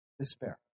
Despair